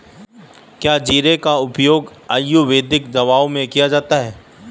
क्या जीरा का उपयोग आयुर्वेदिक दवाओं में भी किया जाता है?